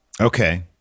Okay